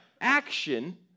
action